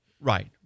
Right